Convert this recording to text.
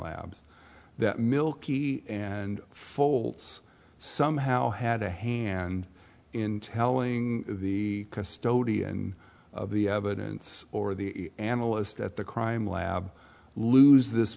labs that milky and folds somehow had a hand in telling the custodian of the evidence or the analyst at the crime lab lose this